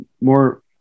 more